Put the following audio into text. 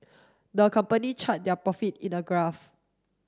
the company chart their profit in a graph